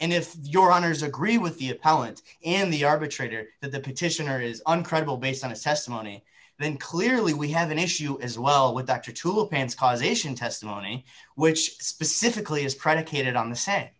and if your honour's agree with the balance in the arbitrator that the petitioner is uncredible based on his testimony then clearly we have an issue as well with dr toole pan's causation testimony which specifically is predicated on